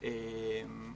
של "עוז לתמורה"